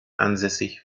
ansässig